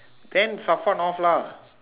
then Safwan off lah